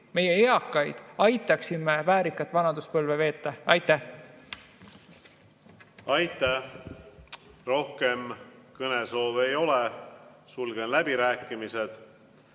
oma eakatel aitaksime väärikat vanaduspõlve veeta. Aitäh! Aitäh! Rohkem kõnesoove ei ole. Sulgen läbirääkimised.